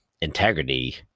integrity